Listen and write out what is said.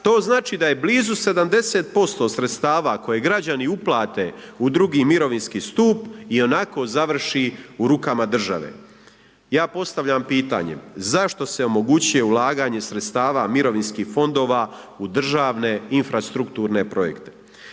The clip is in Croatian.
to znači da je blizu 70% sredstava koje građani uplate u II. mirovinski stup, ionako završi u rukama države. Ja postavljam pitanje, zašto se omogućuje ulaganje sredstava mirovinskih fondova u državne infrastrukturne projekte?